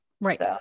right